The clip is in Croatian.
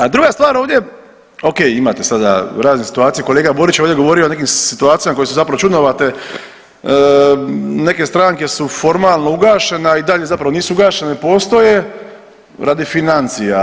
A druga stvar ovdje, ok imate sada raznih situacija, kolega Borić je ovdje govorio o nekim situacijama koje su zapravo čudnovate, neke stranke su formalno ugašene, a i dalje zapravo nisu ugašene postoje radi financija.